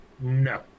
no